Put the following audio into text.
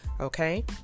okay